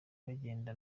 bagenda